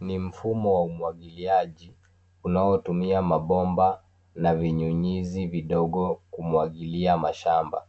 Ni mfumo wa umwagiliaji, unaotumia mabomba na vinyunyizi vidogo kumwagilia mashamba.